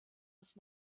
ist